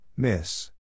Miss